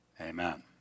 amen